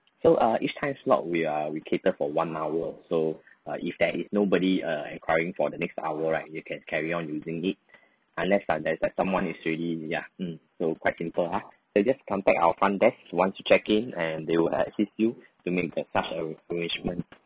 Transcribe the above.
so uh each time slot we are we cater for one hour so uh if there is nobody uh enquiring for the next hour right you can carry on using it unless ah there is someone is already ya mm so quite simple ah so just contact our front desk once you check in and they will assist with you to make the such ar~ arrangement